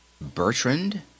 Bertrand